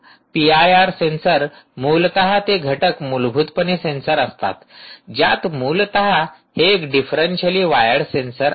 P I R sensor मूलत ते घटक मूलभूतपणे सेन्सर असतात ज्यात मूलत हे एक डिफरेन्शिअली वायर्ड सेन्सर असते